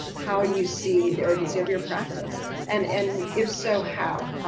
how you see the urgency of your practice and and if so how,